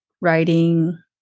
writing